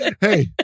Hey